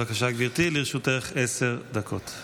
לרשותך עשר דקות.